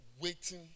waiting